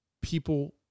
people